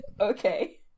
Okay